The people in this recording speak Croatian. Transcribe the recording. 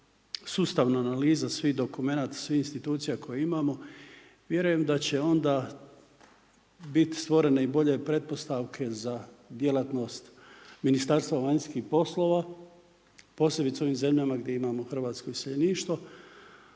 sustavna analiza svih dokumenata, svih institucija koje imamo vjerujem da će onda biti stvorene i bolje pretpostavke za djelatnost Ministarstva vanjskih poslova posebice u onim zemljama gdje imamo hrvatsko iseljeništvo